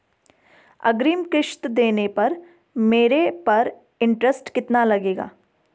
अग्रिम किश्त देने पर मेरे पर इंट्रेस्ट कितना लगेगा?